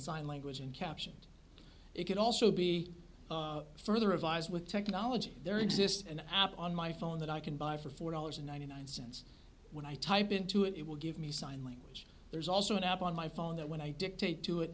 sign language and captions it can also be further advise with technology there exists an app on my phone that i can buy for four dollars and ninety nine cents when i type into it it will give me sign language there's also an app on my phone that when i dictate to it